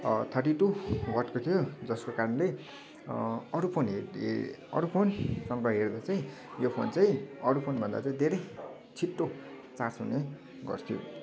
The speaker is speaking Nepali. थर्टी टु वाटको थियो जसको कारणले अरू फोन अरू फोनसँग हेर्दा चाहिँ यो फोन चाहिँ अरू फोनभन्दा चाहिँ धेरै छिट्टो चार्ज हुने गर्थ्यो